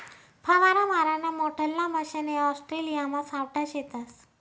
फवारा माराना मोठल्ला मशने ऑस्ट्रेलियामा सावठा शेतस